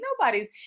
Nobody's